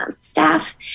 staff